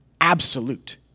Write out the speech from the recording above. absolute